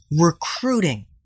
recruiting